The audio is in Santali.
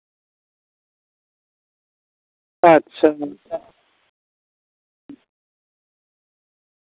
ᱟᱪᱪᱷᱟ ᱱᱚᱝᱠᱟ